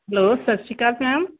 hello ਸਤਿ ਸ਼੍ਰੀ ਅਕਾਲ ਮੈਮ